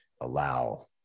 allow